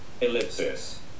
ellipsis